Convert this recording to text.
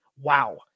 Wow